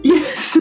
Yes